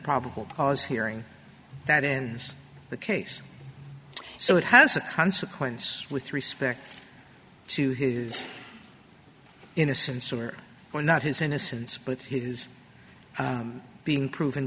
probable cause hearing that in the case so it has a consequence with respect to his innocence or were not his innocence but he's been proven